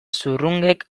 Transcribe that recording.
zurrungek